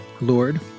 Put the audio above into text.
Lord